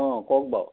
অঁ কওক বাৰু